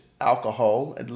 alcohol